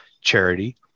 charity